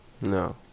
No